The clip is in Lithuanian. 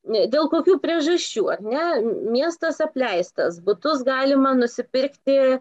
ne dėl kokių priežasčių ar ne miestas apleistas butus galima nusipirkti